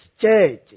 church